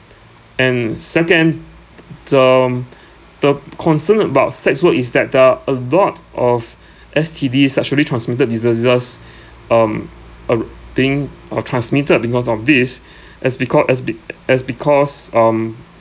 and second the um the concern about sex work is that there are a lot of S_T_D sexually transmitted diseases um uh thing uh transmitted because of this as because as be as because um